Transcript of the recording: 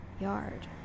yard